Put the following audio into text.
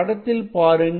படத்தில் பாருங்கள்